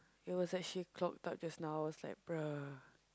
it was actually clogged out just now was like bruh